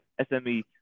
SME